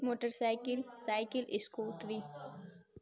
motor cycle cycle scooty